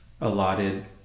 allotted